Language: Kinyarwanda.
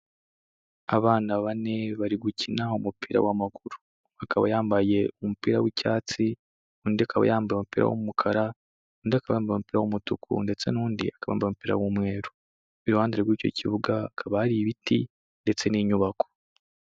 Abana bane bari gukina umupira w'amaguru, akaba yambaye umupira w'icyatsi, undi akaba yambaye umupira w'umukara, undi akaba yambaye umupira w'umutuku ndetse n'undi akaba yambaye umupira w'umweru, iruhande rw'icyo kibuga hakaba hari ibiti ndetse n'inyubako.